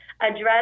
address